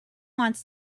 wants